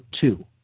two